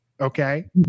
Okay